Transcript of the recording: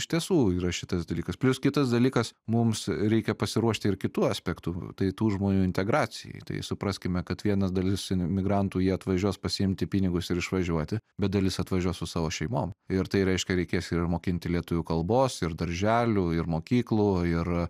iš tiesų yra šitas dalykas plius kitas dalykas mums reikia pasiruošti ir kitu aspektu tai tų žmonių integracijai tai supraskime kad vienas dalis imigrantų jie atvažiuos pasiimti pinigus ir išvažiuoti bet dalis atvažiuos su savo šeimom ir tai reiškia reikės ir mokinti lietuvių kalbos ir darželių ir mokyklų ir